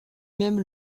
même